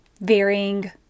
varying